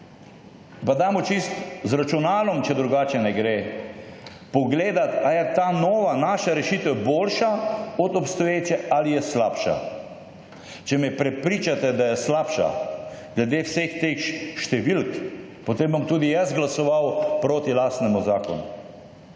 Pa damo čisto z računalom, če drugače ne gre, pogledati, a je ta nova naša rešitev boljša od obstoječe, ali je slabša. Če me prepričate, da je slabša, ljudje, vse teh številk, potem bom tudi jaz glasoval prot lastnemu zakonu.